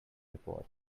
report